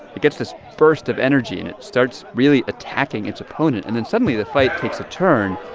it gets this burst of energy, and it starts really attacking its opponent. and then suddenly, the fight takes a turn,